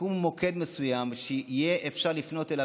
שיקום מוקד מסוים שיהיה אפשר לפנות אליו